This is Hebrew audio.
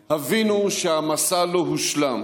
הבינו שהמסע לא הושלם,